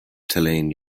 tulane